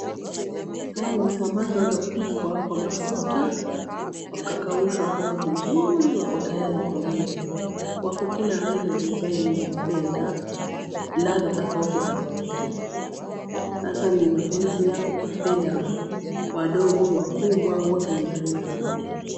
Hawa ni samaki waliopikwa kwa mafuta, wakakaushwa wakawa vizuri wako tayari kuliwa. Wako kila aina design unayopenda, ladha tofauti tofauti. Sasa ni mapenzi yako ukipenda wadogo wakubwa wote ni aina moja.